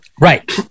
Right